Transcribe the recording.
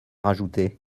rajouter